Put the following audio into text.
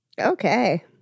Okay